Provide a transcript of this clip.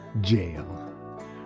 Jail